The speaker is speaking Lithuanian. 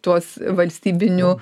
tuos valstybinių